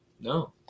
No